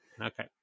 Okay